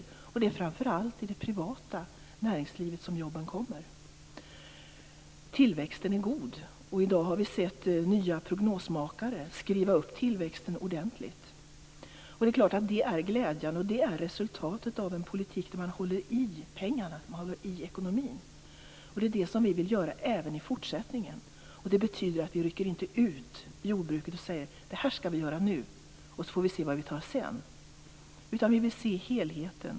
Det är framför allt i det privata näringslivet som jobben kommer. Tillväxten är god, och i dag har vi sett nya prognosmakare skriva upp tillväxten ordentligt. Det är klart att det är glädjande, och det är resultatet av en politik där man håller i ekonomin. Det är det som vi vill göra även i fortsättningen. Det betyder att vi inte rycker ut jordbruket och säger: Det här skall vi göra nu, och så vi får se vad vi tar sedan. Vi vill i stället se till helheten.